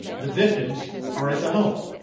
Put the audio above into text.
the victims are in the home.